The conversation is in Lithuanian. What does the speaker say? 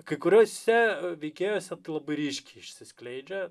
kai kuriuose veikėjuose tai labai ryškiai išsiskleidžia